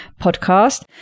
podcast